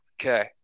okay